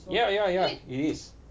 ya ya ya it is